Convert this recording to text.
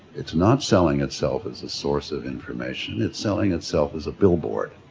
it's not selling itself as a source of information, it's selling itself as a billboard,